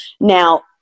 Now